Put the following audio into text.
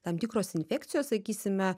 tam tikros infekcijos sakysime